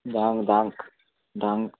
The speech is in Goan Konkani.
धांग धांक धांक